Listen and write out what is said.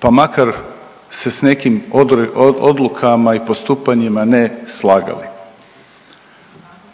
pa makar se s nekim odlukama i postupanjima ne slagali.